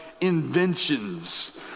inventions